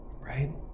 Right